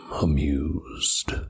amused